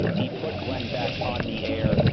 he put glenn beck on the air,